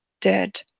dead